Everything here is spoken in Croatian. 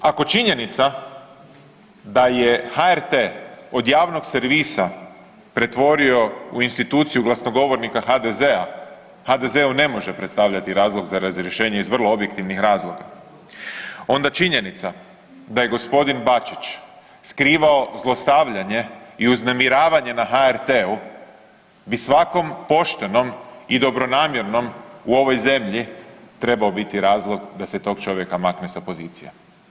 Ako činjenica da je HRT od javnog servisa pretvorio u instituciju glasnogovornika HDZ-a, HDZ-u ne može predstavljati razlog za razrješenje iz vrlo objektivnih razloga, onda činjenica da je gospodin Bačić skrivao zlostavljanje i uznemiravanje na HRT-u bi svakom poštenom i dobronamjernom u ovoj zemlji trebao biti razlog da se tog čovjeka makne sa pozicije.